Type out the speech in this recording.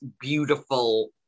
beautiful